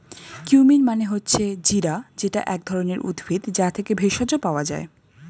cumin মানে হচ্ছে জিরা যেটা এক ধরণের উদ্ভিদ, যা থেকে ভেষজ পাওয়া যায়